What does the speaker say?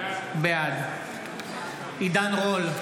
בעד עידן רול,